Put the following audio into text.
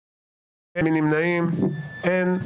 אין.